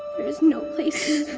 there is no place